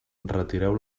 retireu